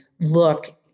look